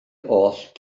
oll